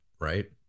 Right